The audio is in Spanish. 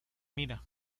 mira